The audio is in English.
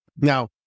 Now